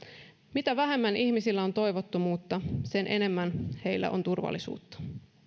mitä vähemmän ihmisillä on toivottomuutta sen enemmän heillä on turvallisuutta